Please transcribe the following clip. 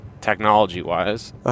technology-wise